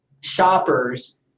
shoppers